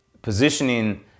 positioning